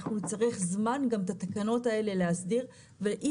אנחנו נצטרך זמן גם את התקנות האלה להסדיר ואי